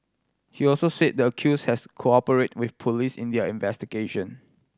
he also said the accused has cooperated with police in their investigation